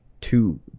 two